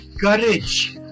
courage